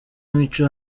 mico